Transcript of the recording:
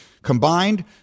combined